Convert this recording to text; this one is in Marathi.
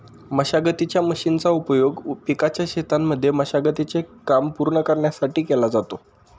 मशागतीच्या मशीनचा उपयोग पिकाच्या शेतांमध्ये मशागती चे काम पूर्ण करण्यासाठी केला जातो